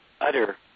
utter